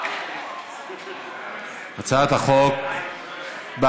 התשע"ח 2018, לוועדת החוקה, חוק ומשפט נתקבלה.